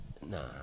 Nah